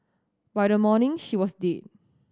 by the morning she was dead